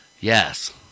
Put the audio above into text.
yes